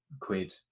quid